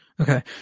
Okay